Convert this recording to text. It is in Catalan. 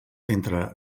entre